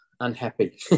unhappy